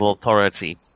authority